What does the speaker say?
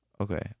Okay